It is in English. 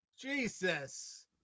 Jesus